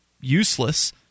useless